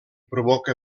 provoca